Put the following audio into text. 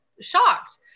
shocked